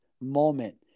moment